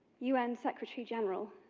un secretary general,